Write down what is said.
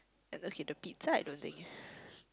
and okay the pizza I don't think